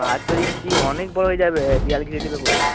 বাহাত্তর ইঞ্চি অনেক বড়ো হয়ে যাবে দেওয়াল ঘিরে নেবে পুরো